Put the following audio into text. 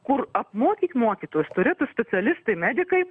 kur apmokyt mokytojus turėtų specialistai medikai